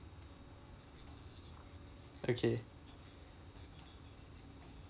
okay